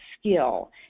skill